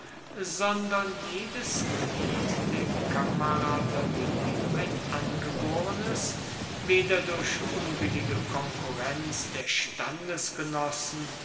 sondern jedes glied der kamaraderie ein angeborenes weder durch unbillige konkurrenz der